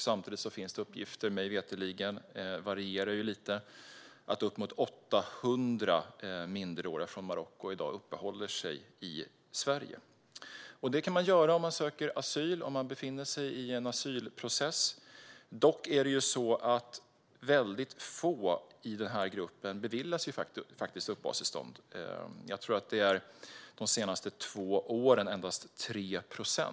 Samtidigt finns det uppgifter - mig veterligen; det varierar ju lite - att uppemot 800 minderåriga från Marocko i dag uppehåller sig i Sverige. Det kan man göra om man söker asyl och befinner sig i en asylprocess. Dock är det så att väldigt få i den här gruppen beviljas uppehållstillstånd. Jag tror att det handlar om endast 3 procent de senaste två åren.